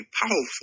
powerful